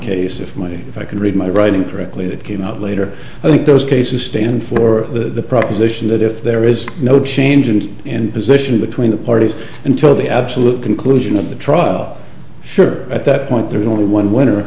case if my if i can read my writing correctly that came out later i think those cases stand for the proposition that if there is no changes in position between the parties until the absolute conclusion of the trial sure at that point there's only one winner